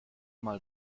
mal